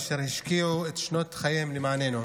אשר השקיעו את שנות חייהם למעננו,